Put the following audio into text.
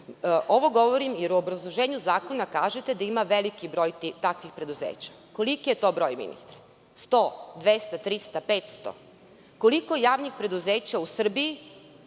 Ovo govorim jer u obrazloženju zakona kažete da ima veliki broj takvih preduzeća. Koliki je to broj gospodine ministre, 100, 200, 300, 500? Koliko javnih preduzeća u Srbiji